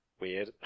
weird